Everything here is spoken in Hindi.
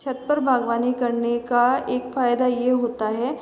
छत पर बागवानी करने का एक फ़ायदा यह होता है